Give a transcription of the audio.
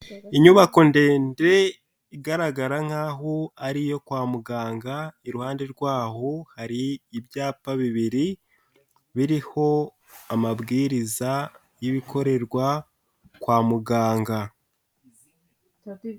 Inyubako ndende igaragara nkaho ari iyo kwa muganga, iruhande rwaho hari ibyapa bibiri, biriho amabwiriza y'ibikorerwa kwa muganga.